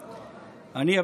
אני,